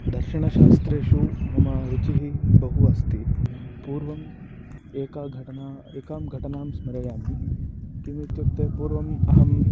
दर्शनशास्त्रेषु मम रुचिः बहु अस्ति पूर्वम् एका घटना एकां घटनां स्मरामि किमित्युक्ते पूर्वम् अहम्